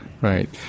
Right